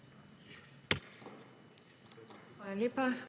Hvala lepa.